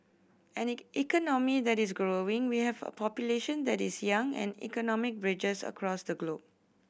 an economy that is growing we have a population that is young and economic bridges across the globe